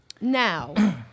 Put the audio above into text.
Now